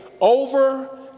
over